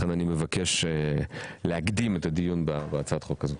לכן אני מבקש להקדים את הדיון בהצעת החוק הזאת.